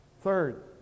Third